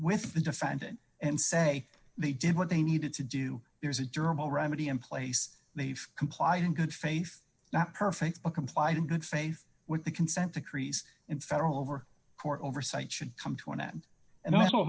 with the defendant and say they did what they needed to do there's a durable remedy in place they've complied in good faith not perfect but complied a good faith with the consent decrees in federal over court oversight should